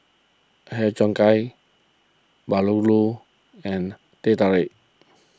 Har Cheong Gai Bahulu and Teh Tarik